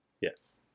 Yes